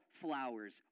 flowers